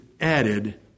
added